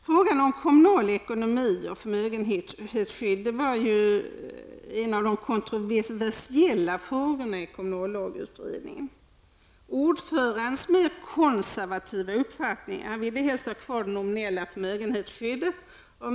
Frågan om kommunal ekonomi och förmögenhetsskydd var en av de kontroversiella frågorna i kommunallagutredningen. Ordföranden, som hade konservativa uppfattningar, ville helst ha kvar det nominella förmögenhetsskyddet.